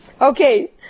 Okay